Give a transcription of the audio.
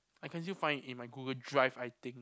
I can still find it in my Google Drive I think